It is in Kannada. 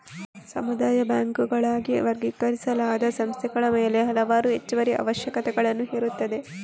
ಸಮುದಾಯ ಬ್ಯಾಂಕುಗಳಾಗಿ ವರ್ಗೀಕರಿಸಲಾದ ಸಂಸ್ಥೆಗಳ ಮೇಲೆ ಹಲವಾರು ಹೆಚ್ಚುವರಿ ಅವಶ್ಯಕತೆಗಳನ್ನು ಹೇರುತ್ತದೆ